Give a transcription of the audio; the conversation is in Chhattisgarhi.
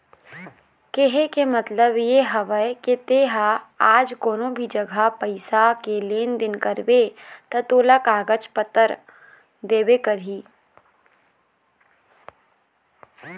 केहे के मतलब ये हवय के ते हा आज कोनो भी जघा पइसा के लेन देन करबे ता तोला कागज पतर देबे करही